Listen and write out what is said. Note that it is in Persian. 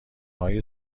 های